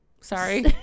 Sorry